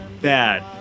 bad